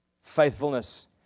faithfulness